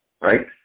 right